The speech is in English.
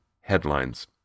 headlines